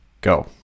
go